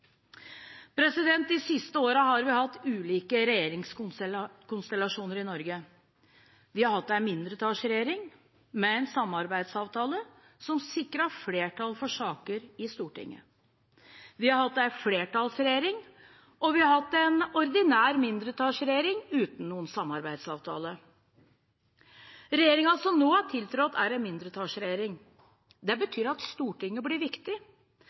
De siste årene har vi hatt ulike regjeringskonstellasjoner i Norge. Vi har hatt en mindretallsregjering med en samarbeidsavtale som sikret flertall for saker i Stortinget. Vi har hatt en flertallsregjering, og vi har hatt en ordinær mindretallsregjering uten noen samarbeidsavtale. Regjeringen som nå har tiltrådt, er en mindretallsregjering. Det betyr at Stortinget blir viktig.